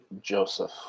Joseph